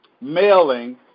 mailing